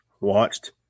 watched